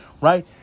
right